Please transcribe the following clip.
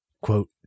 quote